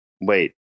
wait